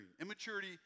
Immaturity